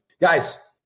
guys